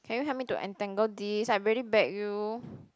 can you help me to untangle this I already begged you